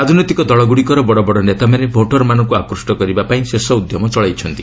ରାଜନୈତିକ ଦଳଗୁଡ଼ିକର ବଡ଼ ବଡ଼ ନେତାମାନେ ଭୋଟର୍ମାନଙ୍କୁ ଆକୃଷ୍ଟ କରିବାପାଇଁ ଶେଷ ଉଦ୍ୟମ ଚଳାଇଛନ୍ତି